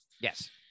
Yes